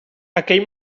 aquell